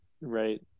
right